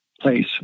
place